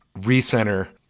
recenter